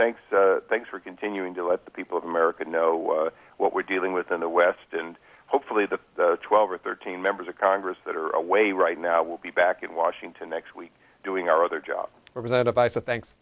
thanks thanks for continuing to let the people of america know what we're dealing with in the west and hopefully the twelve or thirteen members of congress that are away right now will be back in washington next week doing our other job over that if i for thanks